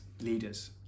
leaders